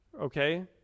okay